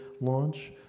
launch